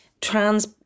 trans